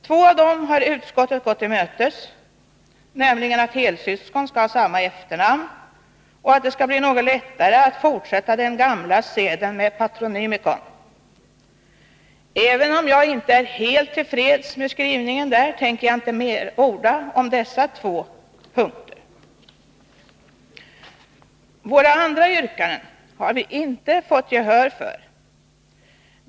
Två av dem har utskottet gått till mötes, nämligen att helsyskon skall ha samma efternamn och att det skall bli något lättare att fortsätta den gamla seden med patronymikon. Även om jag inte är helt till freds med skrivningen, tänkte jag inte orda mer om dessa två punkter nu. Våra andra yrkanden har vi inte fått gehör för.